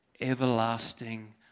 everlasting